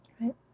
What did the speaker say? Right